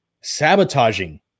sabotaging